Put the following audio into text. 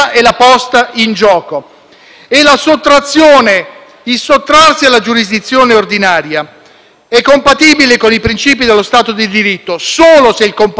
è compatibile con i principi dello Stato di diritto solo se il comportamento che integra la fattispecie di reato sia volta a tutelare un bene giuridico preminente